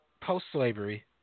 Post-slavery